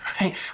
right